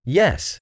yes